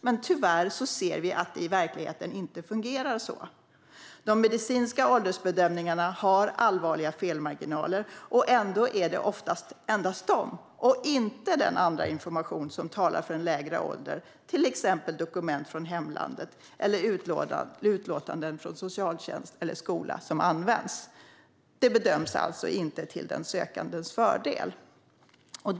Men vi ser tyvärr att det inte fungerar så i verkligheten. De medicinska åldersbedömningarna har allvarliga felmarginaler. Ändå är det oftast endast de och inte den andra information som talar för en lägre ålder, till exempel dokument från hemlandet eller utlåtanden från socialtjänst eller skola, som används. Det bedöms alltså inte till den sökandes fördel. Fru talman!